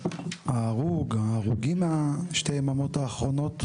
למשפחות ההרוגים בשתי היממות האחרונות,